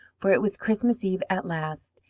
for it was christmas eve at last,